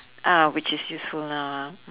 ah which is useful now ah